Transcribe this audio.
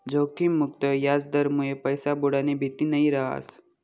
जोखिम मुक्त याजदरमुये पैसा बुडानी भीती नयी रहास